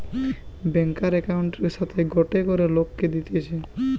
ব্যাংকার একউন্টের সাথে গটে করে লোককে দিতেছে